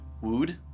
Wooed